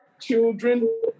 children